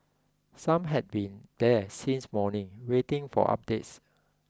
some had been there since morning waiting for updates